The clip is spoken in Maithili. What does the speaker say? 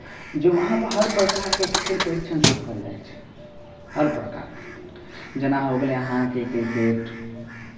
जे वहाँपर हर प्रकारके खेल परीक्षण सिखाओल जाइ हइ हर प्रकारके जेना हो गेलै अहाँके क्रिकेट